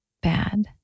bad